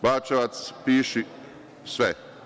Bačevac, piši sve.